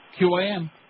QAM